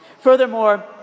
Furthermore